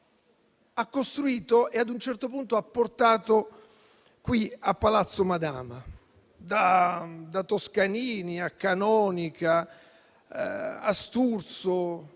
ha costruito e ad un certo punto ha portato qui a Palazzo Madama: da Toscanini a Canonica, a Sturzo,